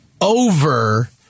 over